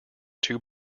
too